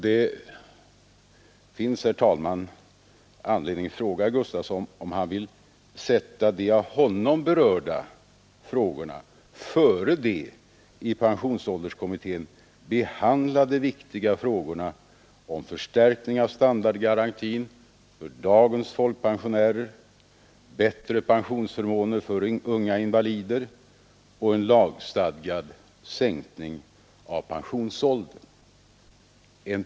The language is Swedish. Det finns, herr talman, anledning att fråga herr Gustavsson om han vill sätta de av honom berörda frågorna före de i pensionsålderskommittén behandlade viktiga frågorna om förstärkning av standardgarantin för dagens folkpensionärer, bättre pensionsförmåner för unga invalider och en lagstadgad sänkning av pensionsåldern.